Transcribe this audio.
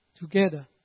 together